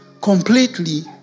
completely